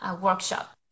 workshop